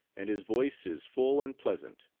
and his voice is full and pleasant.